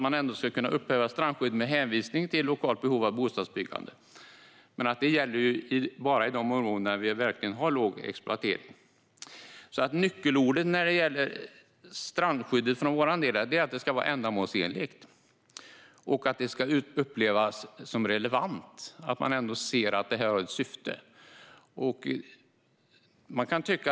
Man ska kunna upphäva strandskydd med hänvisning till lokalt behov av bostadsbyggande, men det ska bara gälla i de områden som verkligen har låg exploatering. Nyckelordet för vår del när det gäller strandskyddet är ändamålsenligt. Det ska upplevas som relevant - man ska se att det har ett syfte.